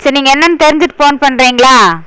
சரி நீங்கள் என்னென்று தெரிஞ்சிக்கிட்டு ஃபோன் பண்ணுறீங்களா